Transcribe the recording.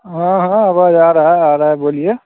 हाँ हाँ आवाज़ आ रहा है आ रहा है बोलिए